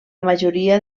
majoria